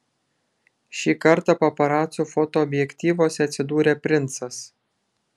šį kartą paparacų fotoobjektyvuose atsidūrė princas